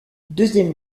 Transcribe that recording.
deuxième